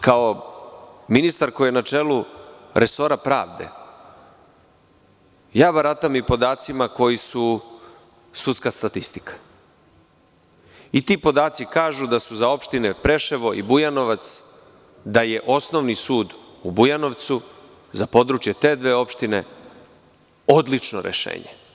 Kao ministar koji je na čelu resora pravde, baratam i podacima koji su sudska statistika i ti podaci kažu da su za opštine Preševo i Bujanovac, da je osnovni sud u Bujanovcu za područje te dve opštine, odlično rešenje.